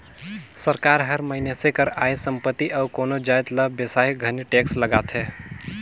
सरकार हर मइनसे कर आय, संपत्ति अउ कोनो जाएत ल बेसाए घनी टेक्स लगाथे